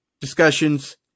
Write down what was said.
discussions